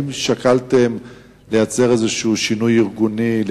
האם שקלתם ליצור איזה שינוי ארגוני,